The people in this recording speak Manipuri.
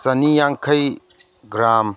ꯆꯅꯤ ꯌꯥꯡꯈꯩ ꯒ꯭ꯔꯥꯝ